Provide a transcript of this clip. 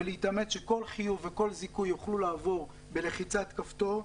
ולהתאמץ שכל חיוב וכל זיכוי יוכלו לעבור בלחיצת כפתור,